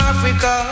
Africa